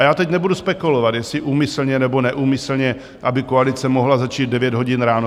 Já teď nebudu spekulovat, jestli úmyslně, nebo neúmyslně, aby koalice mohla začít v 9 hodin ráno.